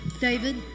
David